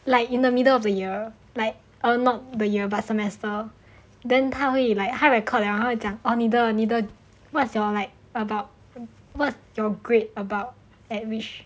like in the middle of the year like err not the year but like semester then 他会 like record 了你的你的 what's your like about what you're grades about at which